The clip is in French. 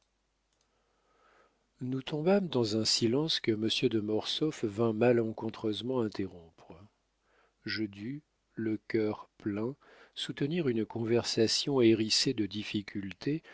nous tombâmes dans un silence que monsieur de mortsauf vint malencontreusement interrompre je dus le cœur plein soutenir une conversation hérissée de difficultés